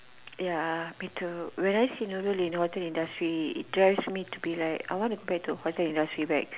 ya me too when I see Nurul in a hotel industry it drives me to go back to hotel industry back